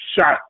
shot